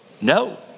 No